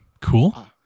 cool